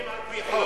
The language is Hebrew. ממזרים על-פי חוק.